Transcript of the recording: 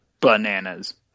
bananas